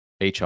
HR